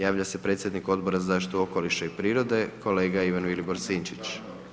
Javlja se predsjednik Odbora za zaštitu okoliša i prirode, kolega Ivan Vilibor Sinčić.